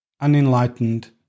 unenlightened